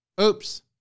Oops